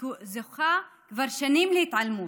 שזוכה כבר שנים להתעלמות: